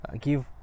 give